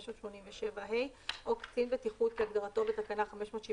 במשך 365 יום מהיום בו נוצר המידע." במקום תקנת משנה (ג1),